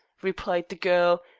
replied the girl,